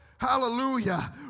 Hallelujah